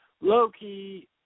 Loki